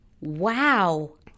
Wow